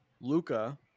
Luca